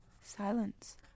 Silence